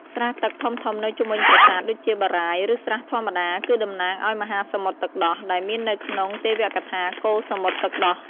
ស្រះទឹកធំៗនៅជុំវិញប្រាសាទ ដូចជាបារាយណ៍ ឬស្រះធម្មតា គឺតំណាងឲ្យ មហាសមុទ្រទឹកដោះ ដែលមាននៅក្នុងទេវកថាកូរសមុទ្រទឹកដោះ។